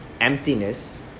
Emptiness